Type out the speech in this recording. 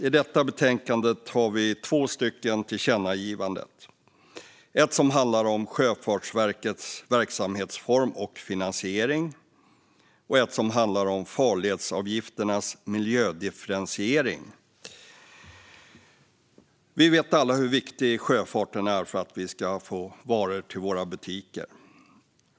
I detta betänkande har vi två tillkännagivanden, ett som handlar om Sjöfartsverkets verksamhetsform och finansiering och ett som handlar om farledsavgifternas miljödifferentiering. Vi vet alla hur viktig sjöfarten är för att vi ska få varor till våra butiker.